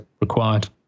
required